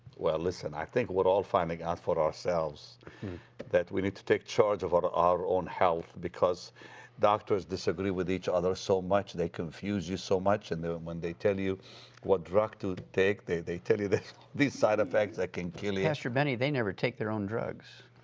well, listen, i think we're all finding out for ourselves that we need to take charge of our our own health because doctors disagree with each other so much, they confuse you so much, and when they tell you what drug to take, they they tell you these side effects that can kill you. pastor benny, they never take their own drugs.